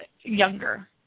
younger